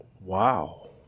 Wow